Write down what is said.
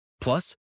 plus